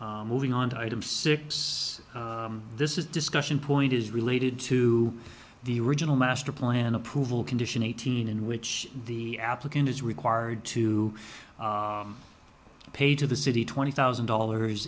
project moving on to item six this is discussion point is related to the original master plan approval condition eighteen in which the applicant is required to pay to the city twenty thousand dollars